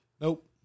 Nope